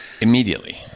immediately